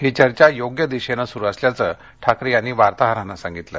ही चर्चा योग्य दिशेनं सुरू असल्याचं ठाकरे यांनी वार्ताहरांना सांगितलं